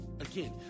Again